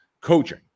coaching